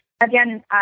again